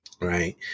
right